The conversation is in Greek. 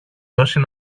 δώσει